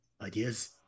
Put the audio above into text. ideas